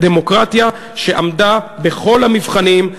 דמוקרטיה שעמדה בכל המבחנים.